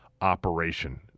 operation